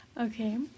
Okay